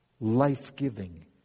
life-giving